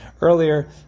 earlier